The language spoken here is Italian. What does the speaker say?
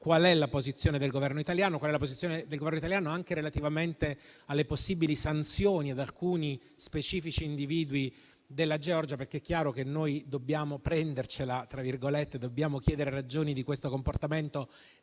qual è la posizione del Governo italiano anche relativamente alle possibili sanzioni ad alcuni specifici individui coinvolti. È chiaro infatti che noi dobbiamo prendercela e chiedere ragioni di questo comportamento